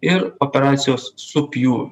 ir operacijos su pjūviu